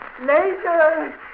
Later